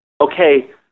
okay